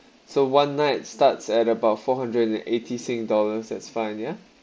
so one night starts at about four hundred and eighty sing dollars that's fine ya